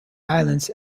islands